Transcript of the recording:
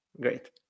Great